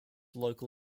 local